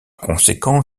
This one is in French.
conséquent